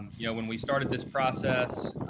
you know, when we started this process,